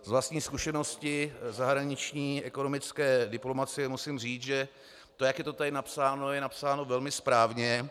Z vlastní zkušenosti v zahraniční ekonomické diplomacii musím říct, že tak jak je to tady napsáno, je to napsáno velmi správně.